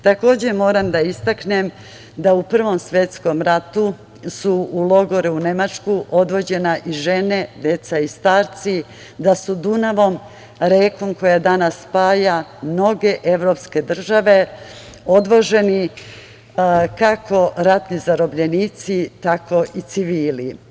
Takođe, moram da istaknem da u Prvom svetskom ratu su u logore, u Nemačku, odvođene i žene i deca i starci, da su Dunavom, rekom koja danas spaja mnoge evropske države odvoženi kako ratni zarobljenici, tako i civili.